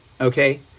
okay